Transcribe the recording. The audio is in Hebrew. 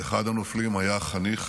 אחד הנופלים היה חניך